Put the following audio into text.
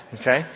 Okay